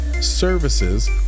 services